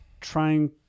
trying